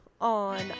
on